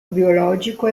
biologico